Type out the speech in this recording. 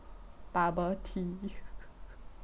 bubble tea